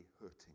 hurting